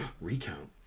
Recount